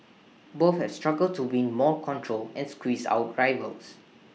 both have struggled to win more control and squeeze out rivals